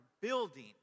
building